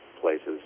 places